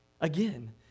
Again